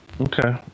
Okay